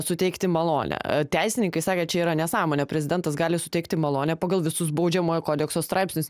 suteikti malonę teisininkai sakė čia yra nesąmonė prezidentas gali suteikti malonę pagal visus baudžiamojo kodekso straipsnius